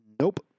nope